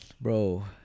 Bro